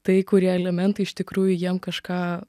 tai kurie elementai iš tikrųjų jiem kažką